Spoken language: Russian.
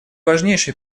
важнейший